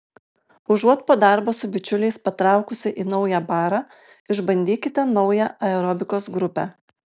užuot po darbo su bičiuliais patraukusi į naują barą išbandykite naują aerobikos grupę